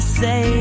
say